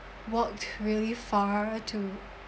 walked really far to